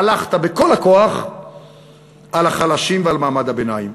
הלכת בכל הכוח על החלשים ועל מעמד הביניים,